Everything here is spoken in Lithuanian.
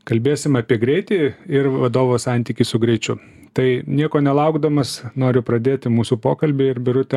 kalbėsim apie greitį ir vadovo santykį su greičiu tai nieko nelaukdamas noriu pradėti mūsų pokalbį ir birute